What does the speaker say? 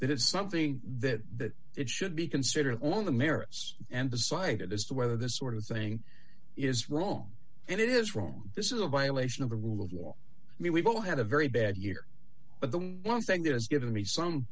that it's something that it should be considered on the merits and decided as to whether this sort of saying is wrong and it is wrong this is a violation of the rule of law i mean we've all had a very bad year but the one thing that has given me some